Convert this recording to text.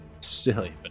Silly